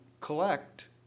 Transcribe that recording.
collect